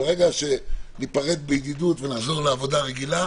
ברגע שניפרד בידידות ונחזור לעבודה רגילה,